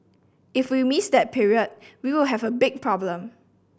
if we miss that period we will have a big problem